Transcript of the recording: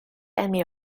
emmy